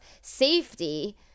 safety